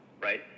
right